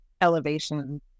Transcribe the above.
elevation